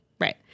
Right